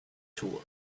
tour